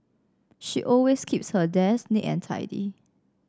she always keeps her desk neat and tidy